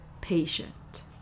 patient